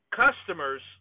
customers